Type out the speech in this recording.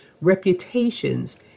reputations